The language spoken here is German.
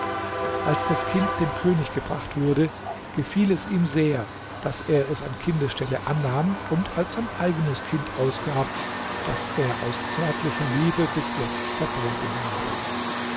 als das kind dem könig gebracht wurde gefiel es ihm sehr daß er es an kindesstelle annahm und als sein eigenes kind ausgab das er aus zärtlicher liebe bis jetzt verborgen habe